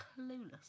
clueless